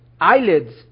eyelids